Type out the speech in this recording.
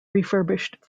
refurbished